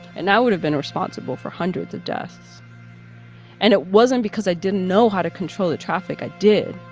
and i would have been responsible for hundreds of deaths and it wasn't because i didn't know how to control the traffic i did,